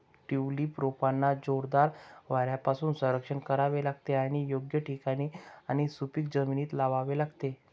tulip रोपांना जोरदार वाऱ्यापासून संरक्षण करावे लागते आणि योग्य ठिकाणी आणि सुपीक जमिनीत लावावे लागते